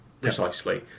Precisely